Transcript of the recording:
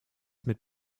mit